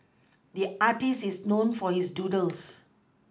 the artist is known for his doodles